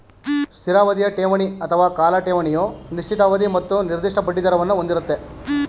ಸ್ಥಿರ ಅವಧಿಯ ಠೇವಣಿ ಅಥವಾ ಕಾಲ ಠೇವಣಿಯು ನಿಶ್ಚಿತ ಅವಧಿ ಮತ್ತು ನಿರ್ದಿಷ್ಟ ಬಡ್ಡಿದರವನ್ನು ಹೊಂದಿರುತ್ತೆ